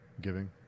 giving